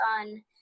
on